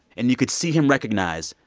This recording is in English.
and you could see him recognize,